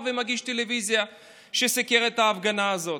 ומגיש טלוויזיה שסיקר את ההפגנה הזאת.